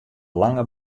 lange